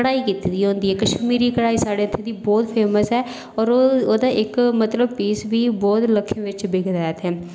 कढ़ाई कीती दी होंदी कश्मीरी कढ़ाई इत्थूं दी बहुत फेमस ऐ ओह्दा इक्क पीस बी बहुत लक्खें दा बिकदा इत्थै